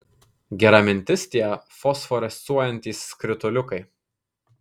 gera mintis tie fosforescuojantys skrituliukai